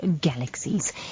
galaxies